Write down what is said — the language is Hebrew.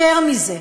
יותר מזה,